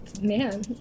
man